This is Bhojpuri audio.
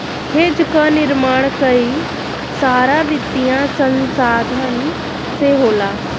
हेज कअ निर्माण कई सारा वित्तीय संसाधन से होला